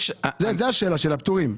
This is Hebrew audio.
כולם.